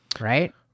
right